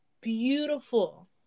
beautiful